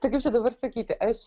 tai kaip čia dabar sakyti aš